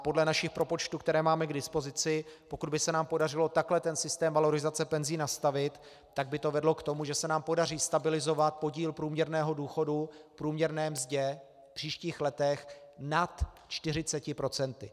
Podle našich propočtů, které máme k dispozici, pokud by se nám podařilo takhle ten systém valorizace penzí nastavit, tak by to vedlo k tomu, že se nám podaří stabilizovat podíl průměrného důchodu k průměrné mzdě v příštích letech nad 40 %.